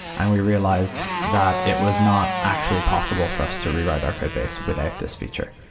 and we realized that it was not actually possible for us to rewrite our code base without this feature,